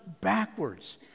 backwards